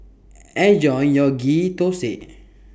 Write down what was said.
Enjoy your Ghee Thosai